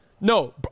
No